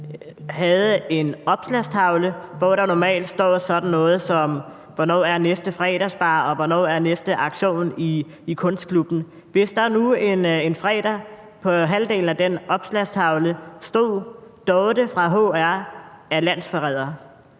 har en opslagstavle, hvor der normalt står sådan noget som, hvornår næste fredagsbar er, og hvornår næste auktion i kunstklubben er, og der en fredag på halvdelen af den opslagstavle står skrevet, at Dorte fra HR er landsforræder,